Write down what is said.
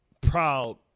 proud